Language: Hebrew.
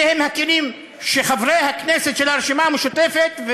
אלה הם הכלים שחברי הכנסת של הרשימה המשותפת,